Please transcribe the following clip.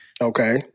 Okay